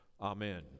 Amen